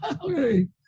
Okay